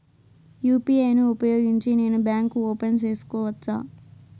UPI ను ఉపయోగించి నేను బ్యాంకు ఓపెన్ సేసుకోవచ్చా?